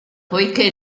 poiché